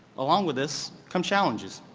along with this come challenges.